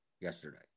yesterday